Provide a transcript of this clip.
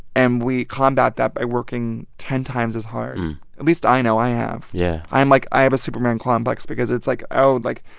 and we combat that by working ten times as hard, at least i know i have yeah i'm like, i have a superman complex because it's like, oh, like,